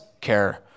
care